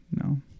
No